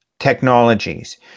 Technologies